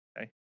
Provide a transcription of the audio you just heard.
Okay